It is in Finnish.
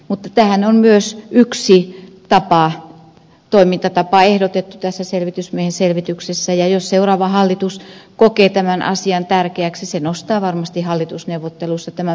mutta tähän on myös yksi toimintatapa ehdotettu tässä selvitysmiehen selvityksessä ja jos seuraava hallitus kokee tämän asian tärkeäksi se nostaa varmasti hallitusneuvotteluissa tämän pöydälle